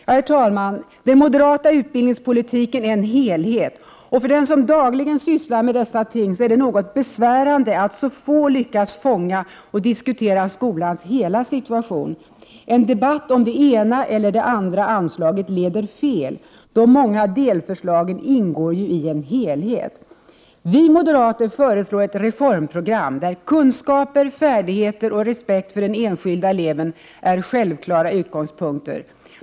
Herr talman! Den moderata utbildningspolitiken är en helhet. För den som dagligen sysslar med dessa ting är det något besvärande att så få lyckas fånga och diskutera skolans hela situation. En debatt om det ena eller andra anslaget leder fel. De många delförslagen ingår i en helhet. Vi moderater föreslår ett reformprogram där kunskaper, färdigheter och respekt för den enskilde eleven är självklara utgångspunkter.